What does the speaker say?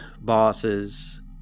bosses